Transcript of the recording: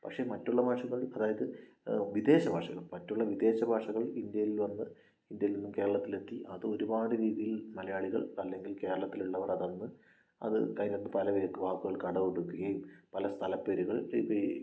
പക്ഷേ മറ്റുള്ള ഭാഷകൾ അതായത് വിദേശ ഭാഷകൾ മറ്റുള്ള വിദേശ ഭാഷകൾ ഇന്ത്യയിൽ വന്ന് ഇന്ത്യയിൽ നിന്നും കേരളത്തിലെത്തി അത് ഒരുപാട് രീതിയിൽ മലയാളികൾ അല്ലെങ്കിൽ കേരളത്തിലുള്ളവർ അതന്ന് അത് അതിന്റെയകത്തുനിന്ന് പലവിധത്തിലുള്ള വാക്കുകൾ കടമെടുക്കുകയും പല സ്ഥലപ്പേരുകൾ ഇപ്പോള് ഈ